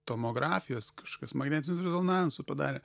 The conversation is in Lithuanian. tomografijas kažkokias magnetinius rezonansus padarė